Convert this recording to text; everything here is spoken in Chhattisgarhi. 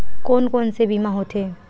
कोन कोन से बीमा होथे?